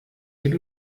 geht